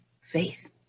faith